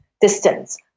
distance